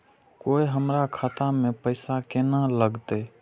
कोय हमरा खाता में पैसा केना लगते?